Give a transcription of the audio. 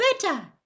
better